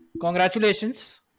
congratulations